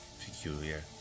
Peculiar